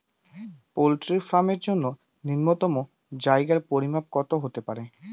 Poultry farm এর জন্য নূন্যতম জায়গার পরিমাপ কত হতে পারে?